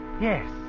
Yes